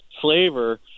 Flavor